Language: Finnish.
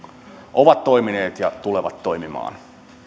ovat toimineet ja tulevat toimimaan